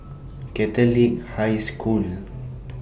Catelic High School